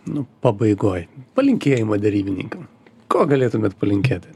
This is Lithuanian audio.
nu pabaigoj palinkėjimą derybininkam ko galėtumėt palinkėt